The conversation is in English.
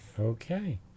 Okay